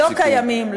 לא קיימים,